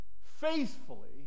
faithfully